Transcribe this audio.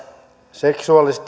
seksuaaliset hyväksikäytöt